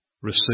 Receive